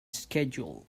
schedule